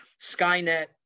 Skynet